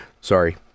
Sorry